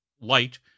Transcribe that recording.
Light